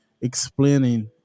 explaining